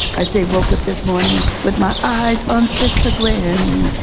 i say woke up this morning with my eyes on sister gwen.